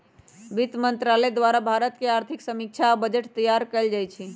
वित्त मंत्रालय द्वारे भारत के आर्थिक समीक्षा आ बजट तइयार कएल जाइ छइ